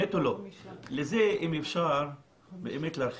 לזה אם אפשר באמת להרחיב,